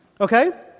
Okay